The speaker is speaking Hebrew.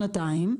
שנתיים.